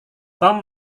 tom